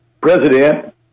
president